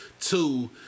Two